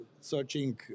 searching